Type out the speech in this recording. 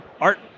art